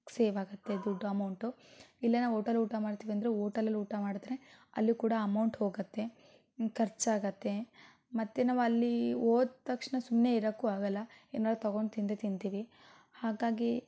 ಸೇವಾಗತ್ತೆ ದೊಡ್ಡ ಅಮೌಂಟು ಇಲ್ಲ ನಾವು ಹೋಟೆಲ್ ಊಟ ಮಾಡ್ತೀವಿ ಅಂದರೆ ಹೋಟೆಲಲ್ಲಿ ಊಟ ಮಾಡಿದರೆ ಅಲ್ಲಿ ಕೂಡ ಅಮೌಂಟ್ ಹೋಗತ್ತೆ ಖರ್ಚಾಗತ್ತೆ ಮತ್ತೆ ನಾವಲ್ಲಿ ಹೋದ ತಕ್ಷಣ ಸುಮ್ಮನೆ ಇರೋಕ್ಕೂ ಆಗಲ್ಲ ಏನಾದ್ರೂ ತೊಗೊಂಡು ತಿಂದೇ ತಿನ್ತೀವಿ ಹಾಗಾಗಿ